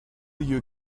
you